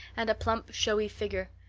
and a plump showy figure.